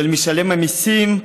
של משלם המיסים,